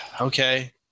Okay